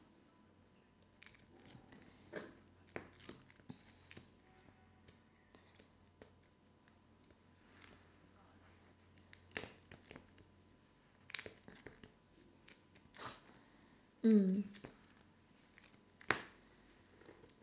mm